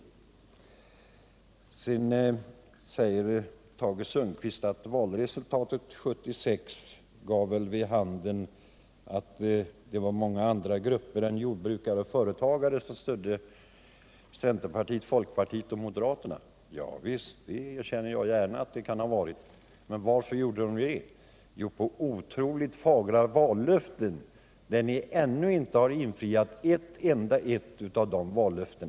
Tage Sundkvist antydde också att valresultatet 1976 gav vid handen att många andra grupper än jordbrukare och företagare stödde centerpartiet, folkpartiet och moderaterna. Ja visst, jag erkänner gärna att det kan ha varit så. Men varför gjorde de det? Jo, på grund av otroligt fagra vallöften. Ni har emellertid ännu inte infriat ett enda av dessa löften.